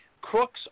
Crooks